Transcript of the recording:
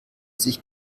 sich